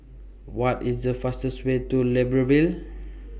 What IS The fastest Way to Libreville